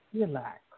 Relax